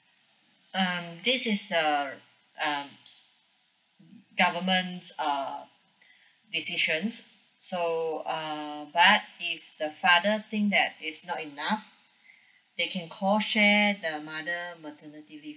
um this is err um government uh decisions so uh but if the father think that it's not enough they can call share the mother maternity leave